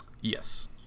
yes